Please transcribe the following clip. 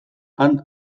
han